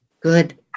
Good